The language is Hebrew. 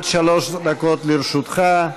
עד שלוש דקות לרשותך.